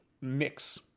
mix